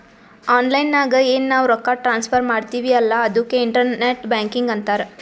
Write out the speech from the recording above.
online ನಾಗ್ ಎನ್ ನಾವ್ ರೊಕ್ಕಾ ಟ್ರಾನ್ಸಫರ್ ಮಾಡ್ತಿವಿ ಅಲ್ಲಾ ಅದುಕ್ಕೆ ಇಂಟರ್ನೆಟ್ ಬ್ಯಾಂಕಿಂಗ್ ಅಂತಾರ್